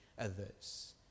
others